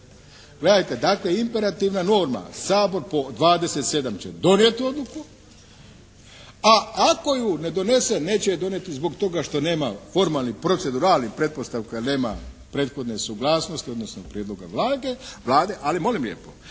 Gledajte, dakle imperativna norma Sabor po 27. će donijeti odluku a ako ju ne donese neće je donijeti zbog toga što nema formalnih proceduralnih pretpostavki jer nema prethodne suglasnosti odnosno prijedloga Vlade. Ali molim lijepo,